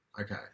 Okay